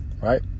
right